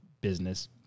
business